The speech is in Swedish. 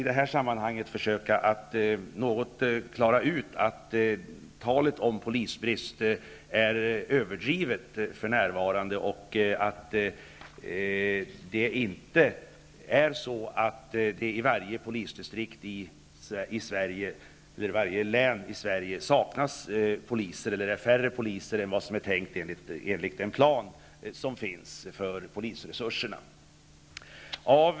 I detta sammanhang vill jag försöka att påvisa att talet om bristen på poliser för närvarande är överdrivet. Talet om att det i varje län i Sverige saknas eller är färre poliser än vad som är planerat i enlighet med den plan som finns när det gäller polisens resurser är också överdrivet.